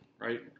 right